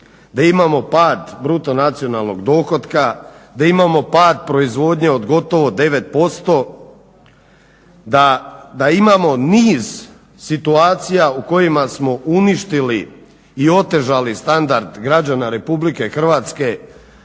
da imamo pad bruto nacionalnog dohotka, da imamo pad proizvodnje od gotovo 9%, da imamo niz situacija u kojima smo uništili i otežali standard građana Republike Hrvatske.